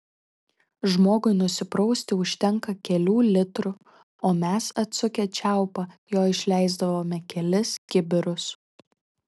žmogui nusiprausti užtenka kelių litrų o mes atsukę čiaupą jo išleisdavome kelis kibirus